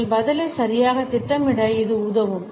எங்கள் பதிலை சரியாக திட்டமிட இது உதவும்